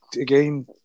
again